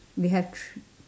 we have thr~